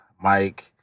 Mike